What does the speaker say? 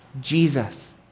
Jesus